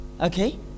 Okay